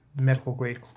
medical-grade